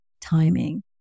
timing